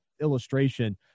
illustration